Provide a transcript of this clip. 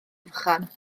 fychan